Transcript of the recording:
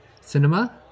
cinema